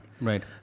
Right